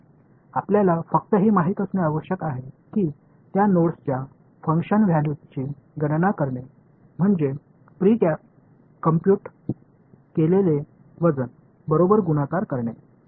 आपल्याला फक्त हे माहित असणे आवश्यक आहे की त्या नोड्सच्या फंक्शन व्हॅल्यूजची गणना करणे म्हणजे प्री कंप्यूट केलेले वजन बरोबर गुणाकार करणे